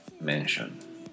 mention